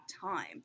time